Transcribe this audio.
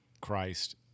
Christ